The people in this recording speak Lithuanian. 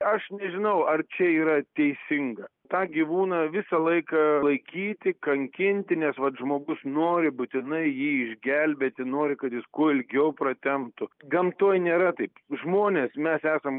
aš nežinau ar čia yra teisinga tą gyvūną visą laiką laikyti kankinti nes vat žmogus nori būtinai jį išgelbėti nori kad jis kuo ilgiau pratemptų gamtoj nėra taip žmonės mes esam